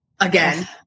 again